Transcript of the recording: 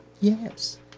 Yes